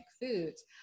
foods